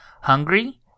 hungry